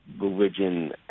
religion